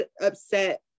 upset